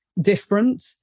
different